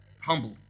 Humble